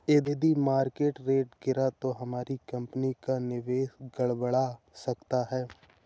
यदि market rate गिरा तो हमारी कंपनी का निवेश गड़बड़ा सकता है